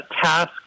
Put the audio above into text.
task